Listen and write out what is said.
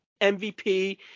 MVP